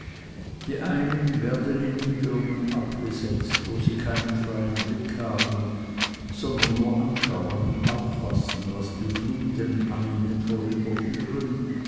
die einen werden in niederungen abgesetzt wo sie keinen freien blick haben sondern nur anschauen und auffassen was die fluten an ihnen